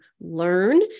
learn